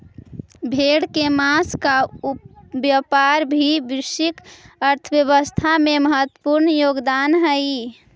भेड़ के माँस का व्यापार भी वैश्विक अर्थव्यवस्था में महत्त्वपूर्ण योगदान हई